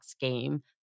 game